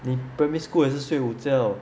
你 primary school 也是睡午觉